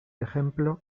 ejemplo